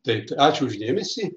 taip ačiū už dėmesį